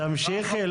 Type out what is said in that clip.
בבקשה, תמשיכי,